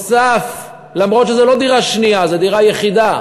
נוסף, למרות שזו לא דירה שנייה, זו דירה יחידה.